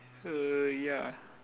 err ya